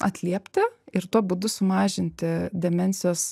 atliepti ir tuo būdu sumažinti demencijos